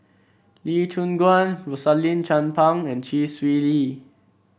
Lee Choon Guan Rosaline Chan Pang and Chee Swee Lee